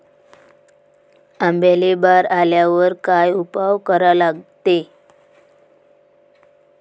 आंब्याले बार आल्यावर काय उपाव करा लागते?